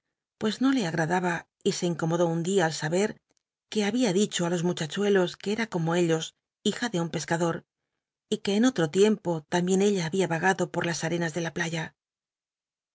pues no le agradaba y se incomodó un dia al saber que habia dicho los muchachuelos que cra como ellos hija de un pescador y que en otr'o tiempo tambicn ella babia yagado por las arenas de la playa